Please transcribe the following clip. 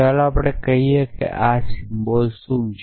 ચાલો આપણે કહીએ કે આ સિમ્બલ્સ શું છે